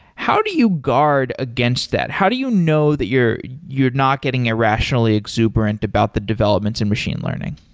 how do you guard against that? how do you know that you're you're not getting irrationally exuberant about the developments in machine learning?